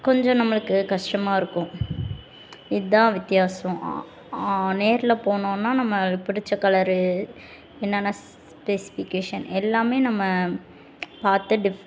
கொஞ்சம் நம்மளுக்கு கஷ்டமாக இருக்கும் இதுதான் வித்தியாசம் நேர்ல போனோம்னா நம்மளுக்கு பிடிச்ச கலரு என்னென்ன ஸ்பெஷிஃபிகேஷன் எல்லாமே நம்ம பார்த்து டிஃப்